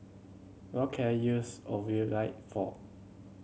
what can I use for